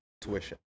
tuition